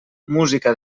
música